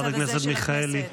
חברת הכנסת מיכאלי,